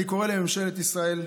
אני קורא לממשלת ישראל: